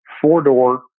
four-door